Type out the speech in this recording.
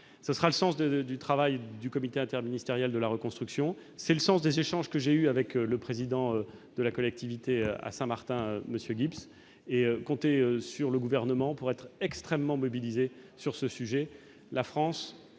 Tel sera le sens du travail du comité interministériel de la reconstruction et tel est le sens des échanges que j'ai eus avec le président de la collectivité de Saint-Martin, M. Gibbes. Comptez sur le Gouvernement pour être extrêmement mobilisé sur ce sujet.